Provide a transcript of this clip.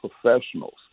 professionals